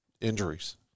injuries